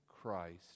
Christ